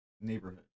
Neighborhood